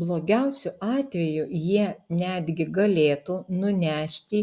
blogiausiu atveju jie netgi galėtų nunešti